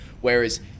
Whereas